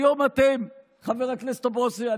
חבר הכנסת טופורובסקי,